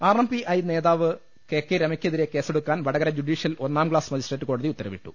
R M P I നേതാവ് K K രമയ്ക്കെതിരെ കേസെടുക്കാൻ വടകര ജുഡീഷ്യൽ ഒന്നാം ക്ലാസ് മജി സ്ട്രേറ്റ് കോടതി ഉത്തരവിട്ടു